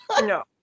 No